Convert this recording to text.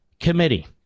committee